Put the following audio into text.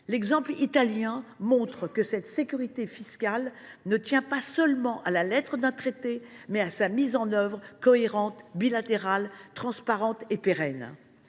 L’exemple italien montre que cette sécurité fiscale tient non pas seulement à la lettre d’un traité, mais à sa mise en œuvre cohérente, bilatérale, transparente et pérenne.